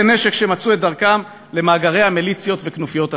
נשק שמצאו את דרכם למאגרי המיליציות וכנופיות הטרור.